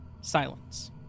Silence